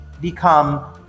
become